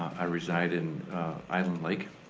i reside in island lake